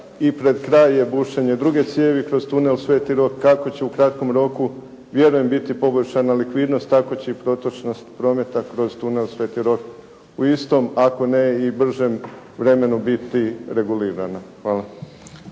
i pred kraj je bušenje druge cijevi kroz tunel "sv. Rok" kako će u kratkom roku vjerujem biti poboljšana likvidnost, tako će i protočnost prometa kroz tunel "sv. Rok" u istom ako ne i u bržem vremenu biti regulirana. Hvala.